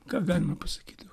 ką galima pasakyti